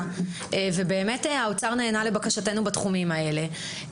ובאמת האוצר נענה לבקשתנו בתחומים האלה.